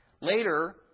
Later